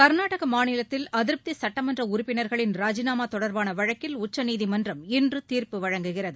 கர்நாடகமாநிலத்தில் அதிருப்திசட்டமன்றஉறுப்பின்களின் ராஜினாமாதொடர்பானவழக்கில் உச்சநீதிமன்றம் இன்றுதீர்ப்பு வழங்குகிறது